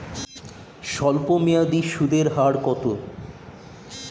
স্বল্পমেয়াদী সুদের হার কত?